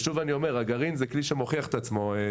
הגרעין זה כלי שמוכיח את עצמו,